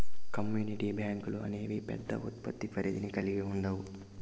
community బ్యాంకులు అనేవి పెద్ద ఉత్పత్తి పరిధిని కల్గి ఉండవు